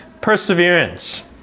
perseverance